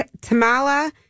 Tamala